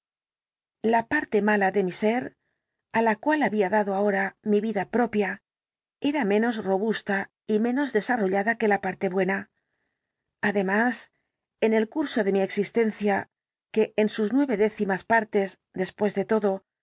la parte mala de mi ser á la cual había dado ahora mi vida propia era menos robusta y menos desarrollada que la parte buena además en el curso de mi existencia que en sus nueve décimas partes después de todo